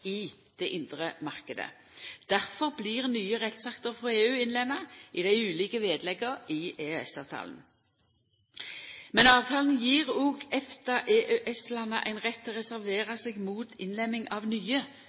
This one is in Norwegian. i den indre marknaden. Difor blir nye rettsakter frå EU innlemma i dei ulike vedlegga til EØS-avtalen. Men avtalen gjev òg EFTA- og EØS-landa ein rett til å reservera seg mot innlemming av nye